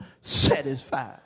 satisfied